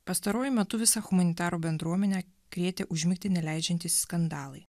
pastaruoju metu visą humanitarų bendruomenę krėtė užmigti neleidžiantys skandalai